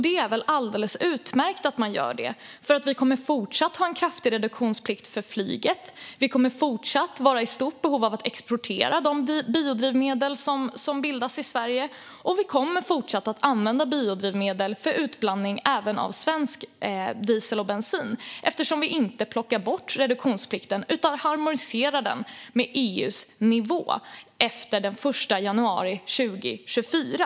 Det är väl alldeles utmärkt att man gör det, för vi kommer fortsatt att ha en kraftig reduktionsplikt för flyget, vi kommer fortsatt att vara i stort behov av att exportera de biodrivmedel som bildas i Sverige och vi kommer fortsatt att använda biodrivmedel för utblandning även av svensk diesel och bensin. Vi plockar ju inte bort reduktionsplikten, utan vi harmoniserar den med EU:s nivå efter den 1 januari 2024.